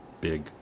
big